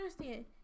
understand